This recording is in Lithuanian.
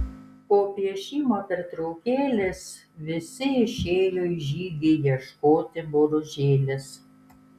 po piešimo pertraukėlės visi išėjo į žygį ieškoti boružėlės